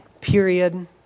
period